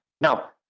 Now